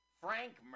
Frank